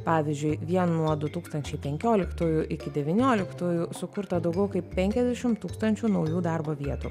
pavyzdžiui vien nuo du tūkstančiai penkioliktųjų iki devynioliktųjų sukurta daugiau kaip penkiasdešim tūkstančių naujų darbo vietų